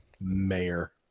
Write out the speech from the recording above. Mayor